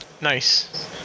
Nice